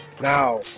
Now